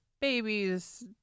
babies